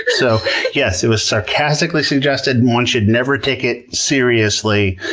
so yes, it was sarcastically suggested, one should never take it seriously,